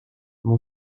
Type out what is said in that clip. mon